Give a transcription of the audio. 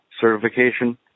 certification